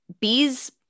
Bees